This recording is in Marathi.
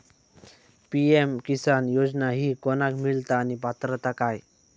पी.एम किसान योजना ही कोणाक मिळता आणि पात्रता काय?